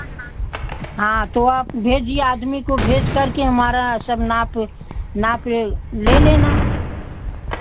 हाँ तो आप भेजिए आदमी को भेज कर के हमारा सब नाप नाप ले लेना